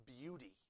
beauty